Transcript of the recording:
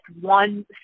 one